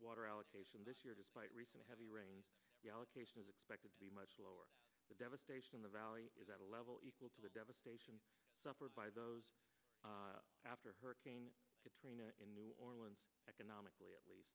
water allocation this year despite recent heavy rain the allocation is expected to be much lower the devastation in the valley is at a level equal to the devastation suffered by those after hurricane katrina in new orleans economically a